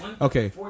Okay